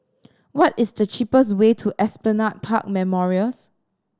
what is the cheapest way to Esplanade Park Memorials